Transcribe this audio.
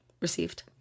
Received